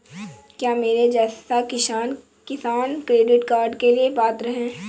क्या मेरे जैसा किसान किसान क्रेडिट कार्ड के लिए पात्र है?